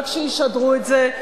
רק שישדרו את זה,